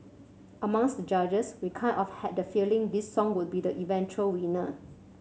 amongst the judges we kind of had the feeling this song would be the eventual winner